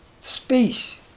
Space